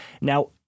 Now